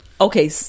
Okay